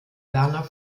werner